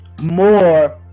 more